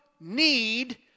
need